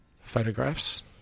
photographs